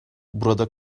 burada